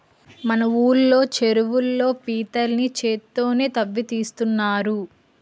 మన ఊళ్ళో చెరువుల్లో పీతల్ని చేత్తోనే తవ్వి తీస్తున్నారు